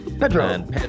Pedro